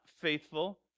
faithful